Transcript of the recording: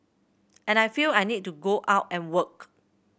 and I feel I need to go out and work